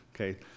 okay